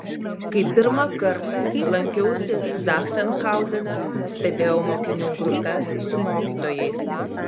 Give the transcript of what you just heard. kai pirmą kartą lankiausi zachsenhauzene stebėjau mokinių grupes su mokytojais